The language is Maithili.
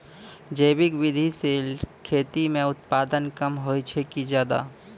जैविक विधि से खेती म उत्पादन कम होय छै कि ज्यादा?